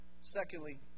Secondly